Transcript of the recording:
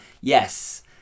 Yes